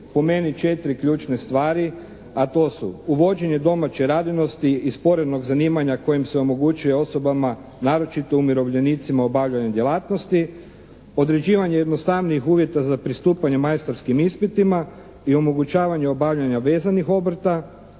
po meni 4 ključne stvari a to su: uvođenje domaće radinosti i sporednog zanimanja kojim se omogućuje osobama naročito umirovljenicima obavljanje djelatnosti, određivanje jednostavnijih uvjeta za pristupanje majstorskim ispitima i omogućavanje obavljanja vezanih obrta,